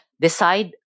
decide